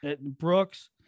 brooks